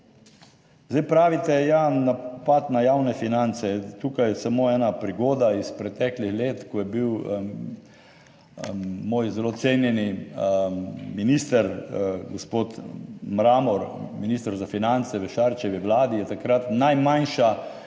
Zdaj pravite, ja, napad na javne finance; tukaj je samo ena prigoda iz preteklih let, ko je bil moj zelo cenjeni minister gospod Mramor minister za finance v Šarčevi vladi, je takrat najmanjša